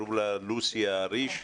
שקראו לה לוסי אהריש,